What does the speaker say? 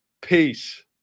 peace